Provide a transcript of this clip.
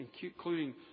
including